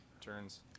turns